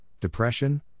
depression